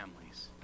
families